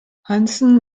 hansen